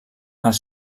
els